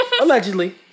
Allegedly